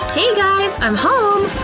hey, guys! i'm home!